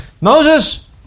Moses